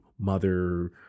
mother